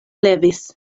levis